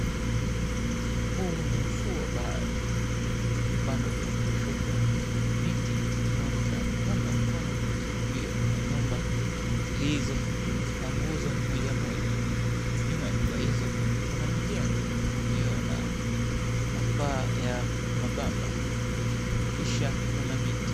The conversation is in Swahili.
Huu ni ufuo wa bahari. Upande wa mkono wa kushoto miti inaonekana, upande wa mkono kulia kuna nyumba zilizo na nguzo moja moja. Nyuma ya nyumba hizo kuna mijengo iliyo na mapaa ya mabamba, kisha kuna miti.